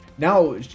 Now